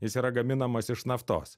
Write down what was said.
jis yra gaminamas iš naftos